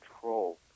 control